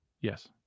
Yes